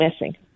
missing